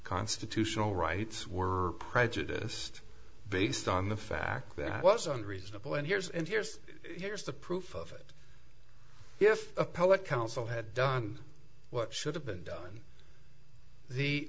constitutional rights were prejudiced based on the fact that was unreasonable and here's and here's here's the proof of it if a poet council had done what should have been done the